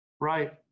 Right